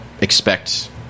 expect